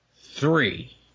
three